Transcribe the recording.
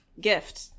gift